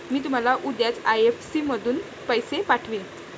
मी तुम्हाला उद्याच आई.एफ.एस.सी मधून पैसे पाठवीन